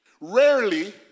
Rarely